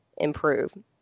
Improve